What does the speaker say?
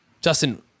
Justin